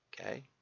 okay